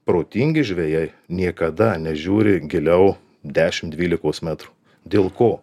protingi žvejai niekada nežiūri giliau dešimt dvylikos metrų dėl ko